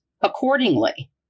accordingly